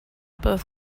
both